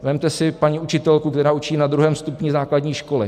Vezměte si paní učitelku, která učí na druhém stupni základní školy.